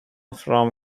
from